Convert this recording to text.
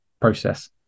process